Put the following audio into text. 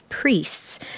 priests